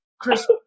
Chris